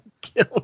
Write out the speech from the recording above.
kill